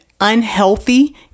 unhealthy